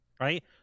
right